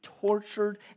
tortured